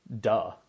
duh